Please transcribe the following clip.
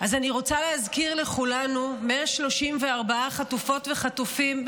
אז אני רוצה להזכיר לכולנו 134 חטופות וחטופים,